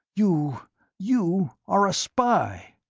you you are a spy.